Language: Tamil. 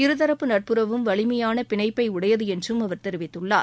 இருதரப்பு நட்புறவும் வலிமையான பிணைப்பை உடையது என்றும் அவர் தெரிவித்துள்ளார்